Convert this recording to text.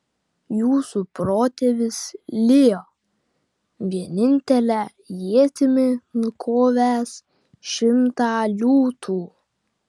jūsų protėvis lijo vienintele ietimi nukovęs šimtą liūtų